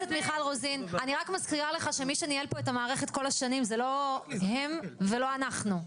אני רק מזכירה לך שמי שניהל פה את המערכת כל השנים זה לא הם ולא אנחנו,